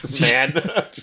Man